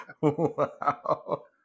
Wow